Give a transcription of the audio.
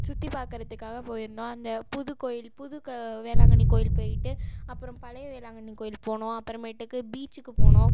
சுற்றிப் பார்க்கறத்துக்காக போயிருந்தோம் அந்த புதுக்கோயில் புது க வேளாங்கண்ணி கோயில் போயிட்டு அப்புறம் பழைய வேளாங்கண்ணி கோயிலுக்குப் போனோம் அப்புறமேட்டுக்கு பீச்சுக்குப் போனோம்